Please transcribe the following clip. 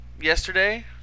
yesterday